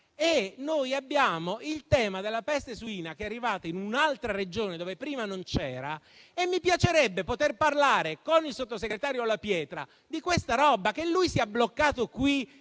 Noi abbiamo il tema della peste suina, che è arrivata in un'altra Regione dove prima non era presente e a me piacerebbe poter parlare con il sottosegretario La Pietra di tale questione. Che lui sia bloccato qui